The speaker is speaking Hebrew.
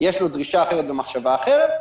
ויש לו דרישה אחרת ומחשבה אחרת.